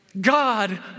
God